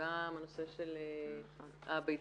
וגם הנושא של הביציות,